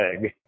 leg